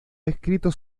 escrito